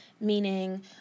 meaning